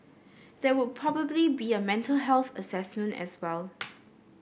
there would probably be a mental health assessment as well